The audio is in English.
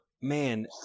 man